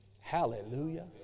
Hallelujah